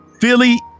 Philly